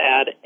add